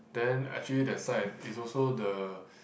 then actually that side is also the